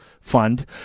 Fund